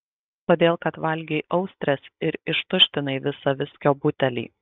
todėl kad valgei austres ir ištuštinai visą viskio butelį